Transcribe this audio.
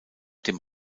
dem